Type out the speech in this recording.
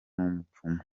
n’umupfumu